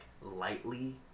lightly